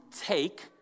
take